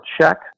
check